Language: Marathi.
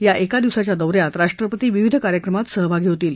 या एक दिवसाच्या दौऱ्यात राष्ट्रपती विविध कार्यक्रमात सहभागी होतील